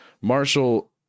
Marshall